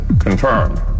confirmed